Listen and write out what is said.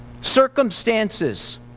Circumstances